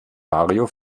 mario